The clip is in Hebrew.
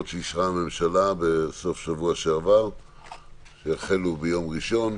שאישרה הממשלה בסופשבוע שעבר שיחלו ביום ראשון,